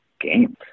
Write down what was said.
games